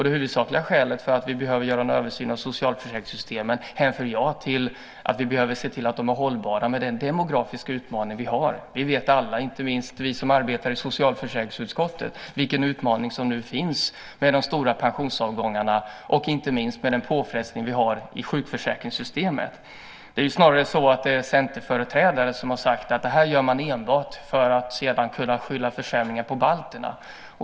Det huvudsakliga skälet för att man behöver göra en översyn av socialförsäkringssystemen hänför jag till att de måste vara hållbara med tanke på den demografiska utmaning som vi står inför. Vi känner alla till - inte minst vi som arbetar i socialförsäkringsutskottet - de utmaningar som finns med de stora pensionsavgångarna och med den påfrestning som sjukförsäkringssystemet är utsatt för. Snarare är det centerföreträdare som har sagt att detta gör vi enbart för att sedan kunna skylla försämringar på balterna.